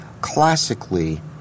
Classically